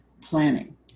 planning